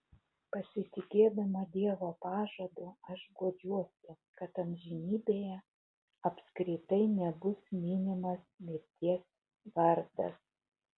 pasitikėdama dievo pažadu aš guodžiuosi kad amžinybėje apskritai nebus minimas mirties vardas